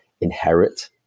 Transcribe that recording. inherit